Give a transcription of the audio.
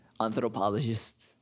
anthropologist